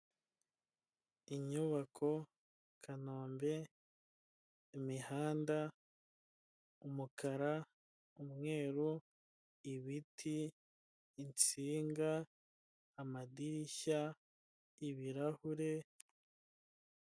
Inyubako Kanombe imihanda y'umukara, umweru, ibiti, insinga ,amadirishya n'ibirahure.